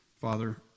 father